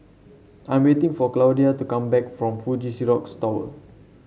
I'm waiting for Claudia to come back from Fuji Xerox Tower